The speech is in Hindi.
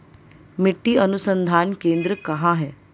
मिट्टी अनुसंधान केंद्र कहाँ है?